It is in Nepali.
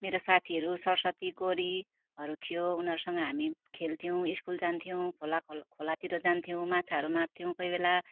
मेरो साथीहरू सरस्वती गौरीहरू थियो उनीहरूसँग हामी खेल्थ्यौँ स्कुल जान्थ्यौँ खोला खोल खोलातिर जान्थ्यौँ माछाहरू मार्थ्यौँ कोही बेला